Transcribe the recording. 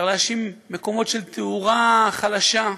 אפשר להאשים מקומות של תאורה חלשה,